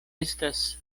estas